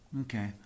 Okay